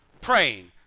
praying